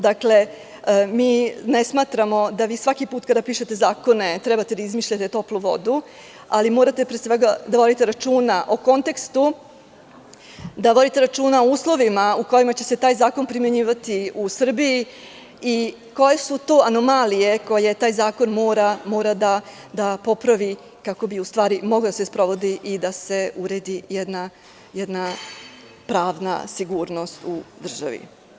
Dakle, mi ne smatramo da vi svaki put kada pišete zakone trebate da izmišljate toplu vodu, ali morate pre svega da vodite računa o kontekstu, da vodite računa o uslovima u kojima će se taj zakon primenjivati u Srbiji i koje su to anomalije koje taj zakon mora da popravi kako bi u stvari mogla da se sprovodi i da se uredi jedna pravna sigurnost u državi.